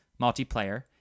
multiplayer